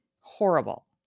Horrible